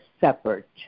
separate